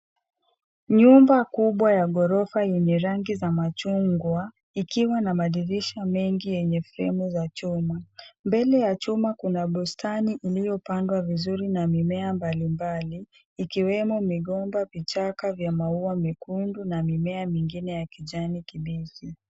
Nyumba kubwa ya ghorofa yenye rangi za machungwa, ikiwa na madirisha mengi yenye fremu za chuma. Mbele ya chuma kuna bustani iliyopandwa vizuri na mimea mbalimbali, ikiwemo migomba, vichaka vya maua mekundu na mimea mingine ya kijani kibichi.